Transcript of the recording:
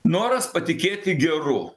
noras patikėti geru